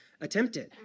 attempted